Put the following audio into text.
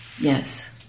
Yes